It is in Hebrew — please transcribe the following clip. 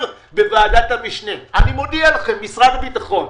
בוועדת המשנה - אני מודיע לכם משרד הביטחון,